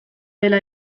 dela